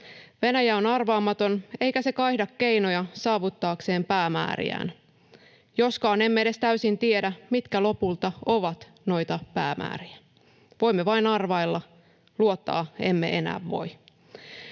Venäjä on arvaamaton, eikä se kaihda keinoja saavuttaakseen päämääriään — joskaan emme edes täysin tiedä, mitkä lopulta ovat noita päämääriä. Voimme vain arvailla, luottaa emme enää voi.